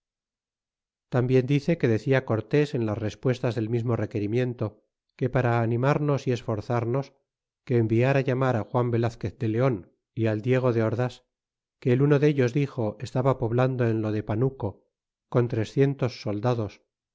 tambien dice que decia cortes en las respuestas del mismo requirimiento que para animarnos y esforzarnos que enviar á llamar á juan velazquez de leon y al diego de ordas que el uno dellos dixo estaba poblando en lo de panuco con trescientos soldados